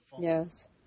Yes